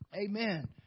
Amen